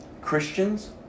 Christians